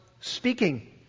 speaking